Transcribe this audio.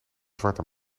zwarte